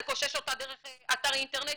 לקושש אותה דרך אתר אינטרנט,